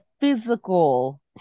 physical